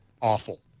awful